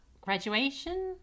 graduation